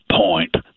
point